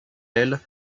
elles